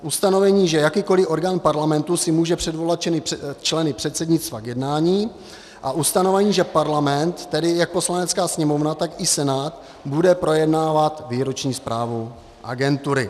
ustanovení, že jakýkoli orgán Parlamentu si může předvolat členy předsednictva k jednání; a ustanovení, že Parlament, tedy jak Poslanecká sněmovna, tak i Senát, bude projednávat výroční zprávu agentury.